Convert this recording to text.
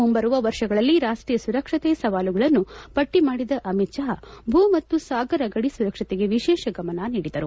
ಮುಂಬರುವ ವರ್ಷಗಳಲ್ಲಿ ರಾಷ್ಟೀಯ ಸುರಕ್ಷತೆಯ ಸವಾಲುಗಳನ್ನು ಪಟ್ಟಿ ಮಾಡಿದ ಅಮಿತ್ ಶಾ ಭೂ ಮತ್ತು ಸಾಗರ ಗದಿ ಸುರಕ್ವತೆಗೆ ವಿಶೇಷ ಗಮನ ನೀಡಿದರು